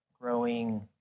growing